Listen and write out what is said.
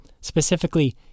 Specifically